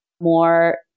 more